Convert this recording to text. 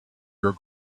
your